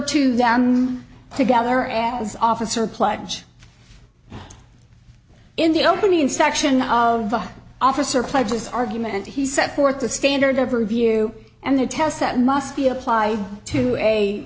to them together as officer pledge in the opening section of officer pledges argument he set forth the standard of review and the test that must be applied to a